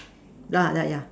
lah ah yeah